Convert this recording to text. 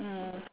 mm